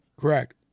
Correct